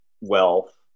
wealth